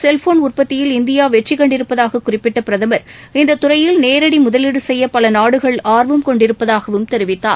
cellphone உற்பத்தியில் India வெற்றி கண்டிருப்பதாக குறிப்பிட்ட பிரதமர் இந்த துறையில் நேரடி முதலீடு செய்ய பல நாடுகள் ஆர்வம் கொண்டிருப்பதாகவும் தெரிவித்தார்